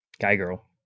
Guy-girl